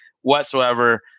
whatsoever